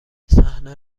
صحنه